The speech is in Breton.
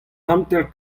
hanter